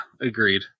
Agreed